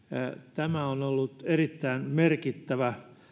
tämä on ollut erittäin merkittävä